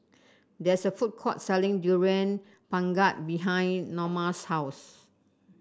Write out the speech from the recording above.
there is a food court selling Durian Pengat behind Norma's house